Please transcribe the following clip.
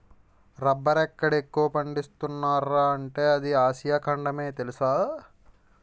రబ్బరెక్కడ ఎక్కువ పండిస్తున్నార్రా అంటే అది మన ఆసియా ఖండమే తెలుసా?